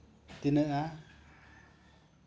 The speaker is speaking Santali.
ᱛᱤᱱᱟᱹᱜᱼᱟ